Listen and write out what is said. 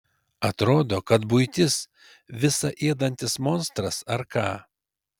atrodo kad buitis visa ėdantis monstras ar ką